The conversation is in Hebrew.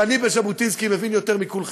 ואני בז'בוטינסקי מבין יותר מכולכם,